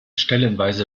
stellenweise